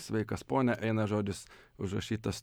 sveikas pone eina žodis užrašytas